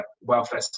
welfare